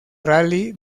rally